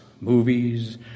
movies